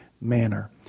manner